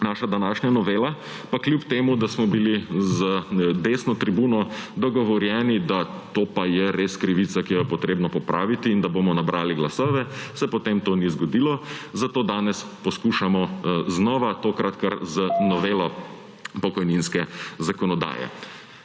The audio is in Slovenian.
naša današnja novela, pa kljub temu da smo bili z desno tribuno dogovorjeni, da to pa je res krivica, ki jo je treba popraviti in da bomo nabrali glasove, se potem to ni zgodilo. Zato danes poskušamo znova, tokrat kar z novelo pokojninske zakonodaje.